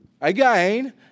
again